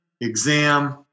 exam